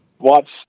watch